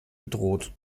bedroht